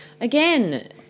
Again